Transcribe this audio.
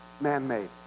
man-made